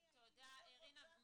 תודה, רינה.